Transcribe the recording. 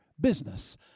business